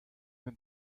een